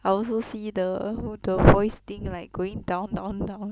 I also see the whol~ the voice thing like going down down down